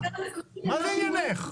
מה זה עניינך?